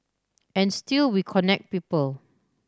and still we connect people